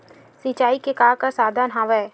सिंचाई के का का साधन हवय?